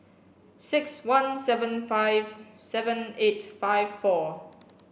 six one seven five seven eight five four